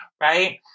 right